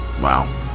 Wow